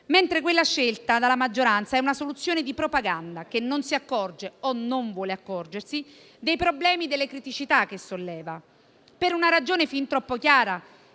mentre quella scelta dalla maggioranza è una soluzione di propaganda, che non si accorge o non vuole accorgersi dei problemi e delle criticità che solleva. Per una ragione fin troppo chiara,